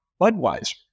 Budweiser